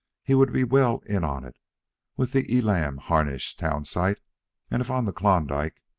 he would be well in on it with the elam harnish town site if on the klondike,